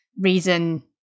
reason